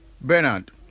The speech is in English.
Bernard